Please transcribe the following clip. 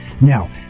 Now